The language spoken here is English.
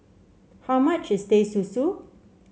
how much is Teh Susu